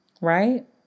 Right